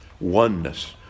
oneness